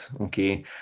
okay